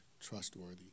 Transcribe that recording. trustworthy